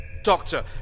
Doctor